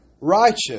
righteous